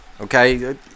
Okay